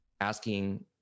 asking